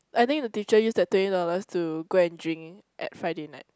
I think the teacher use the twenty dollars to go and drink at Friday night